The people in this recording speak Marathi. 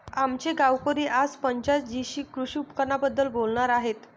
आमचे गावकरी आज पंचायत जीशी कृषी उपकरणांबद्दल बोलणार आहेत